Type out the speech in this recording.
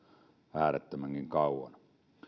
äärettömänkin kauan